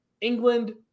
England